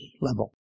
level